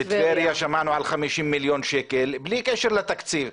בטבריה שמענו על 50 מיליון שקלים וזה בלי קשר לתקציב.